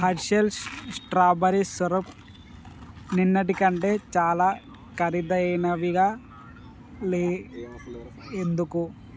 హర్షల్స్ strawberry syrup నిన్నటి కంటే చాలా ఖరీదైనవిగా లేవు ఎందుకు